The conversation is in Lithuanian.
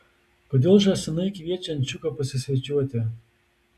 kodėl žąsinai kviečia ančiuką pasisvečiuoti